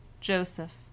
Joseph